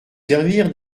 servir